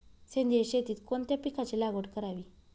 सेंद्रिय शेतीत कोणत्या पिकाची लागवड करावी?